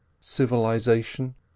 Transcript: civilization